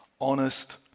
honest